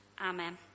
Amen